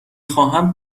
خواهم